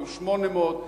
יהיו 800,